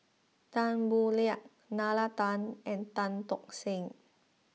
Tan Boo Liat Nalla Tan and Tan Tock Seng